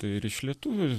tai ir iš lietuvių